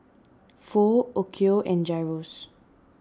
Pho Okayu and Gyros